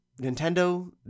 Nintendo